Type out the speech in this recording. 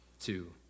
two